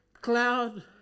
cloud